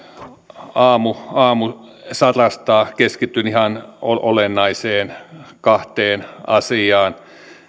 aamu aamu sarastaa keskityn ihan olennaiseen kahteen asiaan